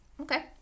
Okay